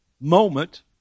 moment